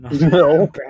No